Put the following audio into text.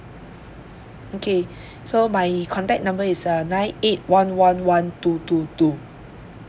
okay so my contact number is uh nine eight one one one two two two